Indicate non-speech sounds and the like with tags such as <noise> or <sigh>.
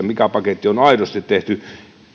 <unintelligible> mikä paketti on aidosti tehty